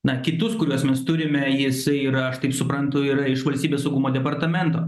na kitus kuriuos mes turime jisai yra aš taip suprantu yra iš valstybės saugumo departamento